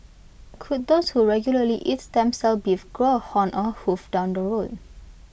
could those who regularly eat stem cell beef grow A horn or A hoof down the road